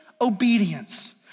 obedience